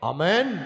Amen